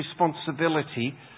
responsibility